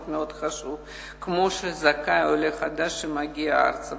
כמו שזכאי עולה חדש שמגיע ארצה.